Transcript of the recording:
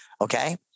Okay